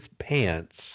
pants